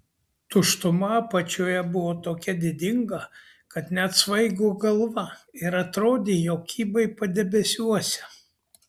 tuštuma apačioje buvo tokia didinga kad net svaigo galva ir atrodė jog kybai padebesiuose